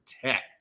protect